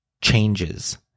changes